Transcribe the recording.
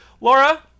Laura